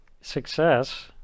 success